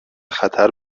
خطر